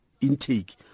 intake